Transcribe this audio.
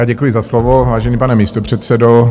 Děkuji za slovo, vážený pane místopředsedo.